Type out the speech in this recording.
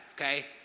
okay